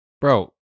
bro